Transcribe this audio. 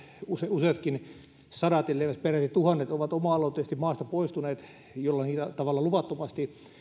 useatkin sadat elleivät peräti tuhannet ovat oma aloitteisesti maasta poistuneet jollain tavalla luvattomasti